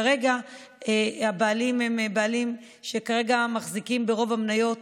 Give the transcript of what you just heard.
כרגע הבעלים מחזיקים ברוב המניות